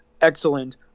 Excellent